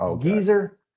geezer